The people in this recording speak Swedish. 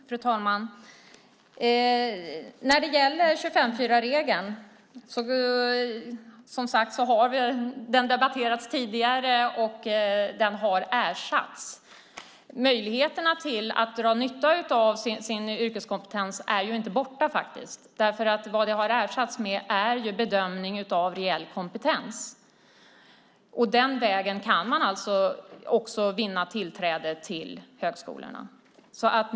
Fru talman! 25:4-regeln har som sagts debatterats tidigare. Den har ersatts. Möjligheterna att dra nytta av sin yrkeskompetens är inte borta. Detta har ersatts med bedömning av reell kompetens. Den vägen kan man också vinna tillträde till högskolorna.